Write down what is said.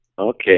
Okay